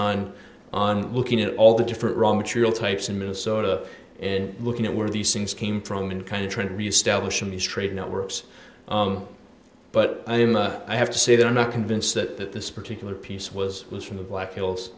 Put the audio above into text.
sign on looking at all the different raw material types in minnesota and looking at where these things came from and kind of trying to reestablish in these trade networks but i have to say that i'm not convinced that this particular piece was was from the black hills